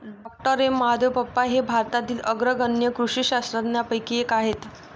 डॉ M Mahadevappa हे भारतातील अग्रगण्य कृषी शास्त्रज्ञांपैकी एक आहेत